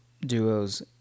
duos